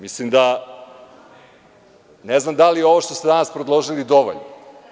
Mislim da, ne znam da li ovo što ste danas predložili dovoljno.